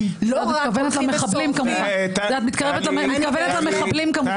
לא רק הולכים ושורפים --- את מתכוונת למחבלים כמובן.